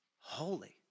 holy